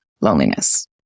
loneliness